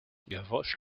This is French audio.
gavroche